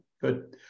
good